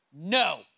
No